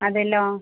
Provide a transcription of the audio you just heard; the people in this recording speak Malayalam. അതെല്ലോ